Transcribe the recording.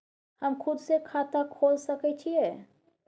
हम खुद से खाता खोल सके छीयै?